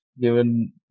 given